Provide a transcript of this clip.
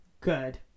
good